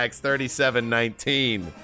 37-19